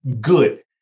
Good